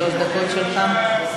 שלוש דקות שלך.